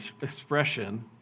expression